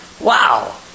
Wow